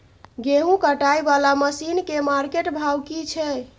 गेहूं कटाई वाला मसीन के मार्केट भाव की छै?